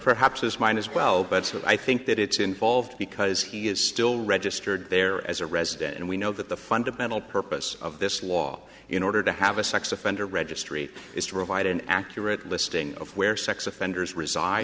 perhaps this might as well but i think that it's involved because he is still registered there as a resident and we know that the fundamental purpose of this law in order to have a sex offender registry is to provide an accurate listing of where sex offenders resi